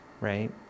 right